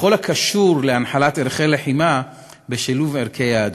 בכל הקשור להנחלת ערכי לחימה בשילוב ערכי יהדות.